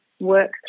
work